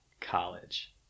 College